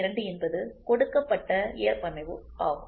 02 என்பது கொடுக்கப்பட்ட ஏற்பமைவு ஆகும்